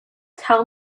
tell